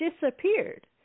disappeared